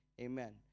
Amen